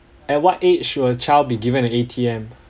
at what age should a child be given a A_T_M